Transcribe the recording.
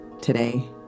today